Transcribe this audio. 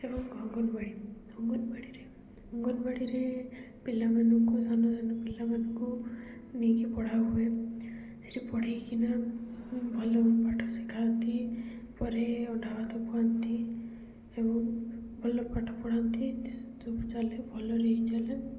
ଏବଂ ଅଙ୍ଗନବାଡ଼ି ଅଙ୍ଗନବାଡ଼ିରେ ଅଙ୍ଗନବାଡ଼ିରେ ପିଲାମାନଙ୍କୁ ସାନ ସାନ ପିଲାମାନଙ୍କୁ ନେଇକି ପଢ଼ା ହୁଏ ସେଇଠି ପଢ଼େଇକିନା ଭଲ ପାଠ ଶିଖାନ୍ତି ପରେ ଅଣ୍ଡାଭାତ ଖୁଆନ୍ତି ଏବଂ ଭଲ ପାଠ ପଢ଼ାନ୍ତି ସବୁ ଚାଲେ ଭଲରେ ହିଁ ଚାଲେ